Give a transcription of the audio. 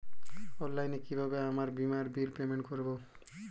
অনলাইনে কিভাবে আমার বীমার বিল পেমেন্ট করবো?